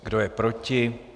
Kdo je proti?